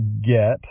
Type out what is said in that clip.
get